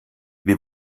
wir